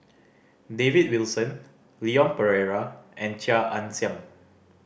David Wilson Leon Perera and Chia Ann Siang